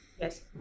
Yes